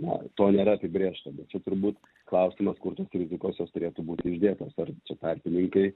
na to nėra apibrėžta bet čia turbūt klausimas kur tos rizikos jos turėtų būti uždėtos ar čia tarpininkai